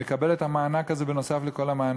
הוא מקבל את המענק הזה נוסף על כל המענקים.